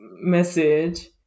Message